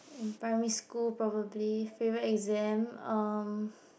in primary school probably favourite exam um